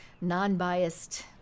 non-biased